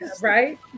Right